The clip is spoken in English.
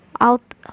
out